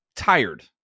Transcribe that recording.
tired